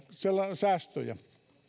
säästöjä